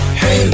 hey